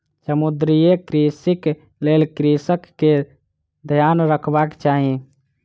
समुद्रीय कृषिक लेल कृषक के ध्यान रखबाक चाही